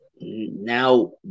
now